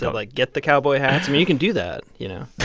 so like, get the cowboy hats? i mean, you can do that, you know?